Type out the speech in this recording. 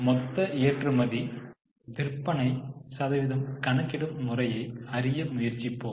மொத்த ஏற்றுமதி விற்பனை சதவீதம் கணக்கிடும் முறையை அறிய முயற்சிப்போம்